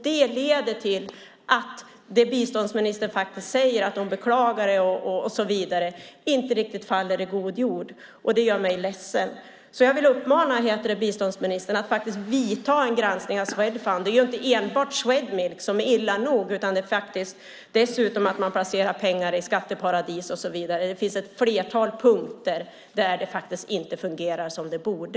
Det leder till att det biståndsministern säger - att hon beklagar detta och så vidare - inte riktigt faller i god jord. Det gör mig ledsen. Jag vill uppmana biståndsministern att verkligen göra en granskning av Swedfund. Det är inte enbart Swedmilk som det handlar om - det vore i sig illa nog - utan också om att man har placerat pengar i skatteparadis och så vidare. Det finns ett flertal punkter där det inte fungerar som det borde.